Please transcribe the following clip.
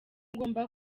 ngomba